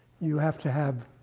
you have to have